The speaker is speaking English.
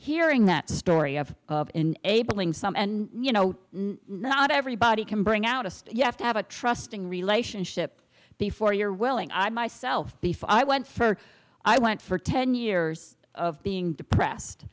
hearing that story of a building some and you know not everybody can bring out a you have to have a trusting relationship before you're willing i myself before i went further i went for ten years of being depressed